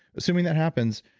assuming that happens,